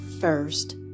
first